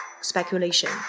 Speculation